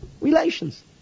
relations